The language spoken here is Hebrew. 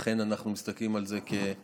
ואכן אנחנו מסתכלים על זה כעל